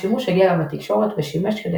השימוש הגיע גם לתקשורת ושימש כדי